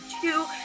two